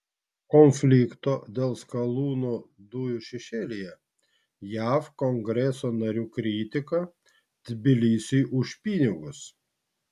konflikto dėl skalūnų dujų šešėlyje jav kongreso narių kritika tbilisiui už pinigus